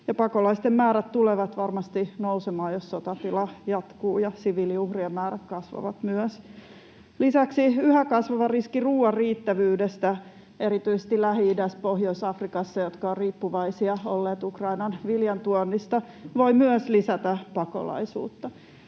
pakolaisten määrät tulevat varmasti nousemaan, jos sotatila jatkuu, ja siviiliuhrien määrät kasvavat myös. Lisäksi yhä kasvava riski ruoan riittävyydestä erityisesti Lähi-idässä, Pohjois-Afrikassa, jotka ovat olleet riippuvaisia Ukrainan viljantuonnista, voi myös lisätä pakolaisuutta.